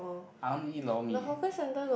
I want to eat lor mee eh